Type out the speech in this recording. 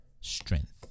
strength